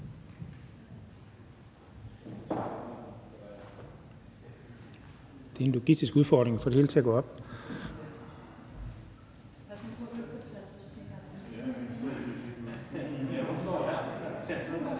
Det er en logistisk udfordring at få det hele til at